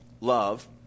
love